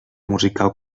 musical